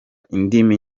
indimi